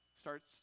starts